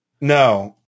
No